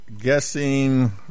guessing